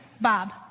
Bob